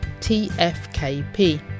tfkp